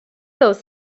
those